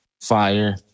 fire